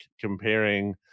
comparing